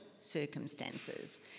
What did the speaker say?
circumstances